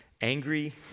angry